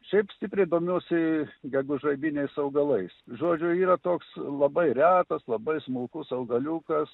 šiaip stipriai domiuosi gegužraibiniais augalais žodžiu yra toks labai retas labai smulkus augaliukas